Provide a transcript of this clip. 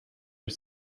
are